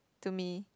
to me